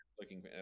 looking